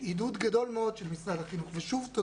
בעידוד גדול מאוד של משרד החינוך,